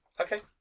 Okay